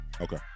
okay